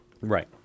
Right